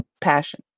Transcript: passion